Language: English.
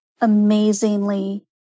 amazingly